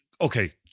Okay